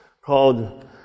called